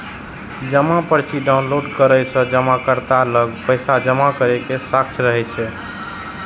जमा पर्ची डॉउनलोड करै सं जमाकर्ता लग पैसा जमा करै के साक्ष्य रहै छै